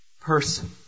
person